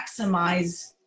maximize